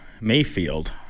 Mayfield